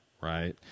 right